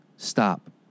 Stop